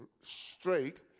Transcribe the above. straight